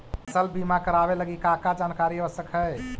फसल बीमा करावे लगी का का जानकारी आवश्यक हइ?